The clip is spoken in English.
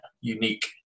unique